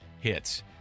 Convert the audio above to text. hits